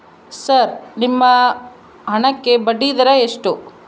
Sir ನಿಮ್ಮ ಹಣಕ್ಕೆ ಬಡ್ಡಿದರ ಎಷ್ಟು?